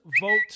vote